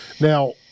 Now